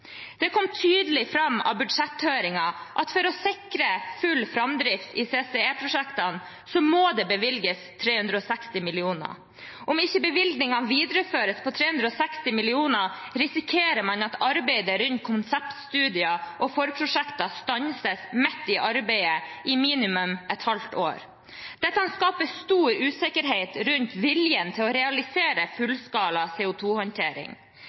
Det kom tydelig fram av budsjetthøringen at for å sikre full framdrift i CCS-prosjektene må det bevilges 360 mill. kr. Om ikke bevilgningene videreføres med 360 mill. kr, risikerer man at arbeidet rundt konseptstudier og forprosjekter stanses midt i arbeidet i minimum et halvt år. Dette skaper stor usikkerhet rundt viljen til å realisere